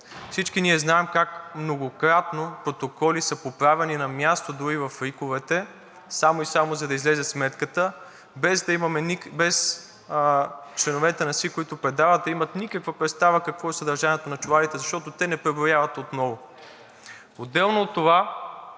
Всички ние знаем как многократно протоколи са поправяни на място – дори в РИК-овете, само и само за да излезе сметката, без членовете на СИК, които предават, да имат някаква представа какво е съдържанието на чувалите, защото те не преброяват отново. Отделно от това